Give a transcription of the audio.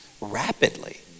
rapidly